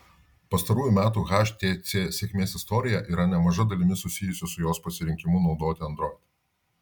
pastarųjų metų htc sėkmės istorija yra nemaža dalimi susijusi su jos pasirinkimu naudoti android